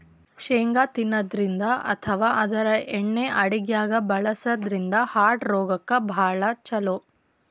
ಶೇಂಗಾ ತಿನ್ನದ್ರಿನ್ದ ಅಥವಾ ಆದ್ರ ಎಣ್ಣಿ ಅಡಗ್ಯಾಗ್ ಬಳಸದ್ರಿನ್ದ ಹಾರ್ಟ್ ರೋಗಕ್ಕ್ ಭಾಳ್ ಛಲೋ